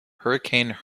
hurricanes